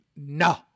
No